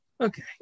Okay